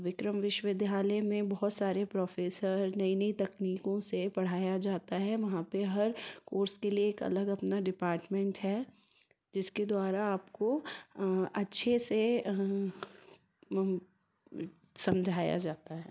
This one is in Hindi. विक्रम विश्वविद्यालय में बहुत सारे प्रोफेसर नई नई तकनीकों से पढ़ाया जाता है वहाँ पे हर कोर्स के लिए एक अलग अपना डिपार्टमेंट है जिसके द्वारा आपको अच्छे से समझाया जाता है